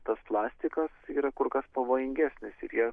tas plastikas yra kur kas pavojingesnis ir jie